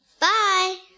bye